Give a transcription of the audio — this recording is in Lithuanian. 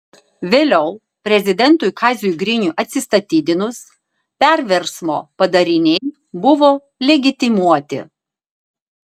vėliau prezidentui kaziui griniui atsistatydinus perversmo padariniai buvo legitimuoti